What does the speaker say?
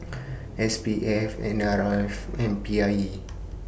S P F N R F and P I E